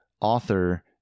author